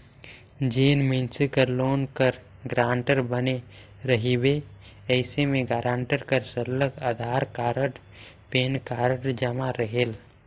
जेन मइनसे कर लोन कर गारंटर बने रहिबे अइसे में गारंटर कर सरलग अधार कारड, पेन कारड जमा रहेल